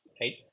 right